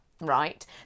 Right